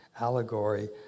allegory